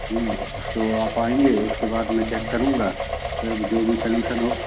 तो आप आएँगे उसके बाद मैं चेक करूँगा अब जो भी सलूशन हो